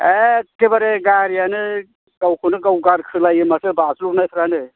एखेबारे गारियानो गावखौनो गाव गारखोलायो माथो बाज्ल'नायफ्रानो